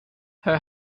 her